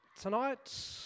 Tonight